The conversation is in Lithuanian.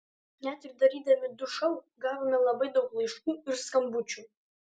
net ir darydami du šou gavome labai daug laiškų ir skambučių